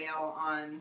on